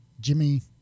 jimmy